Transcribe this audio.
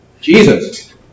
Jesus